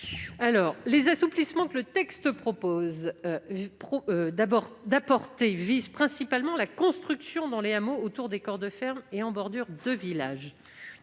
? Les assouplissements que le texte propose d'apporter visent principalement la construction dans les hameaux, autour des corps de ferme et en bordure de village.